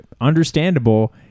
understandable